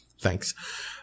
Thanks